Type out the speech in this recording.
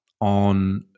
on